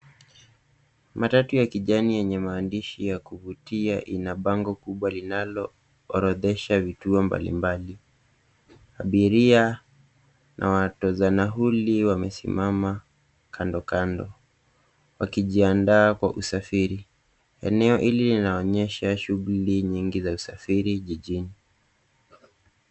Matatu ya kijani yenye maandishi ya kuvutia, ina bango kubwa linalo orodhesha hatua mbalimbali. Abiria na watoza nauli, wamesimama kando kando, wakijiandaa kwa usafiri. Eneo hili linaonyesha shughuli nyingi za usafiri jijini.